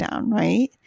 right